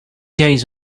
days